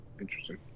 Interesting